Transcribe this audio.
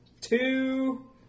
two